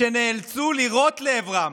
והם נאלצו לירות לעברם,